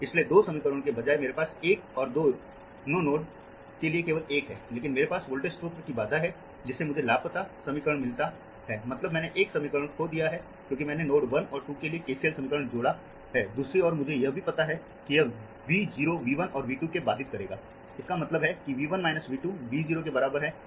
इसलिए दो समीकरणों के बजाय मेरे पास 1 और 2 दोनों नोड्स के लिए केवल एक है लेकिन मेरे पास वोल्टेज स्रोत की बाधा है जिससे मुझे लापता समीकरण मिलता हैमतलब मैंने 1 समीकरण खो दिया है क्योंकि मैंने नोड्स 1 और 2 के लिए KCL समीकरण जोड़ा हैदूसरी ओर मुझे यह भी पता है कि यह वी 0 V 1 और V 2 को बाधित करेगा इसका मतलब है कि V 1 माइनस V2 V 0 के बराबर है